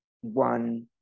one